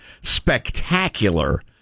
spectacular